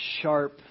sharp